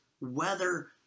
weather